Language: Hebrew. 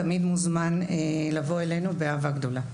תמיד מוזמן לבוא אלינו באהבה גדולה.